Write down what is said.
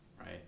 right